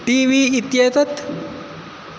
T V इत्येतत्